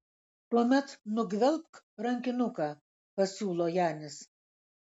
tuomet nugvelbk rankinuką pasiūlo janis